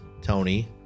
Tony